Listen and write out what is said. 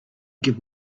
give